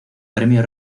premio